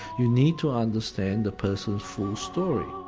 you need to understand the person's full story.